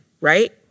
right